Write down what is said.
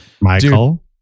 Michael